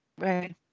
Right